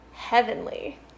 Heavenly